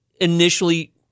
initially